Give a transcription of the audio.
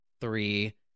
three